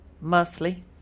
Mostly